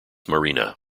marina